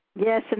Yes